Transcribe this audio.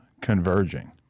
converging